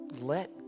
Let